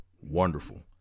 wonderful